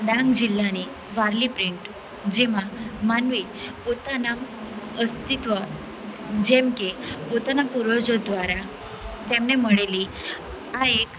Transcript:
ડાંગ જીલ્લાની વારલી પ્રિન્ટ જેમાં માનવી પોતાના અસ્તિત્વ જેમકે પોતાના પૂર્વજો દ્વારા તેમને મળેલી આ એક